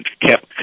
kept